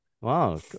wow